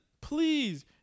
please